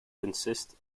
consist